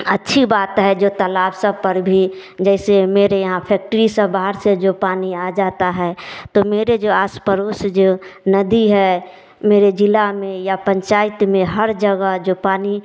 अच्छी बात है जो तलाब सब पर भी जैसे मेरे यहाँ फेक्ट्री सब बाहर से जो पानी आ जाता है तो मेरे जो आस पड़ोस जो नदी है मेरे जिला में या पंचायत में हर जगह जो पानी